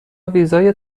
ویزای